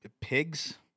pigs